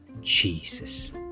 Jesus